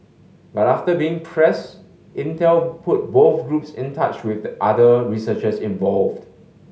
but after being pressed Intel put both groups in touch with the other researchers involved